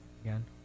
again